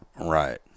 right